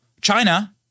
China